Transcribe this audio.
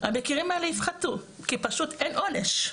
המקרים האלה יפחתו, כי פשוט אין עונש,